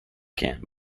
camp